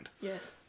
Yes